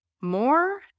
more